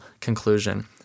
conclusion